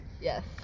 Yes